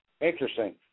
Interesting